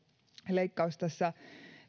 leikkaus tässä